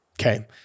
Okay